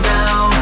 now